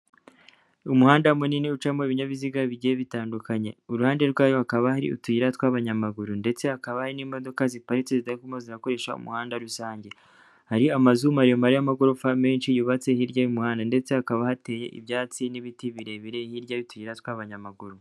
Umuhanda munini ucamo ibinyabiziga bigiye bitandukanye, uruhande rwawo hakaba hari utuyira tw'abanyamaguru ndetse hakaba hari n'imodoka ziparitse, zitarimo zirakoresha umuhanda rusange, hari amazu maremare y'amagorofa menshi, yubatse hirya y'umuhanda ndetse hakaba hateye ibyatsi n'ibiti birebire, hirya y'uturira tw'abanyamaguru.